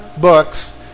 books